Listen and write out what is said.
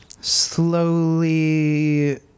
slowly